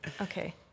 Okay